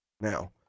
now